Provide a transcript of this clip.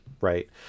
Right